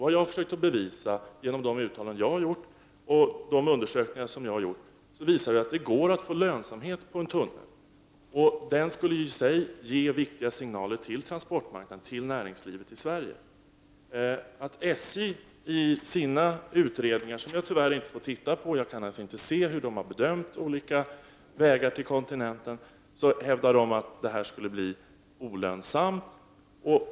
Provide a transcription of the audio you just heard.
Vad jag har försökt bevisa genom de uttalanden som jag har gjort och de utredningar som jag har tagit del av är att det går att få lönsamhet med en tunnel. Den skulle i sig ge viktiga signaler till transportmarknaden och näringslivet i Sverige. SJ hävdar i sin utredning, som jag tyvärr inte får titta på och alltså inte kan se hur SJ har bedömt olika vägar till kontinenten, att det inte skulle bli lönsamt.